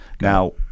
now